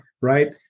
right